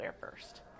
first